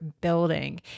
building